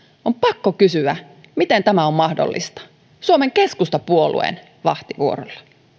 on pakko kysyä miten tämä on mahdollista suomen keskustapuolueen vahtivuorolla